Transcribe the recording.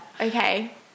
okay